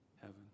heaven